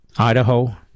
Idaho